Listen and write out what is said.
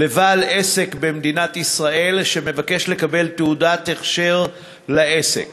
לבעל עסק במדינת ישראל שמבקש לקבל תעודת הכשר לעסק.